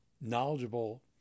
knowledgeable